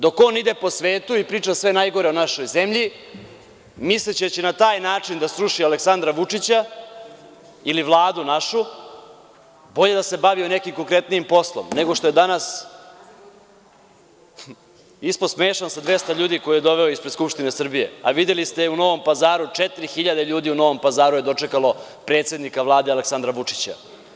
Dok on ide po svetu i priča sve najgore o našoj zemlji, misleći da će na taj način da sruši Aleksandra Vučića ili našu Vladu, bolje da se bavio nekim konkretnijim poslom, nego što je danas ispao smešan sa 200 ljudi koje je doveo ispred Skupštine Srbije, a videli ste, u Novom Pazaru 4.000 ljudi je dočekalo predsednika Vlade Aleksandra Vučića.